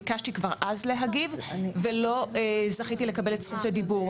ביקשתי להגיב כבר אז ולא זכיתי לקבל את זכות הדיבור.